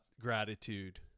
gratitude